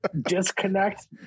disconnect